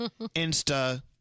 Insta